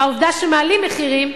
והעובדה שמעלים מחירים,